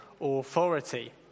authority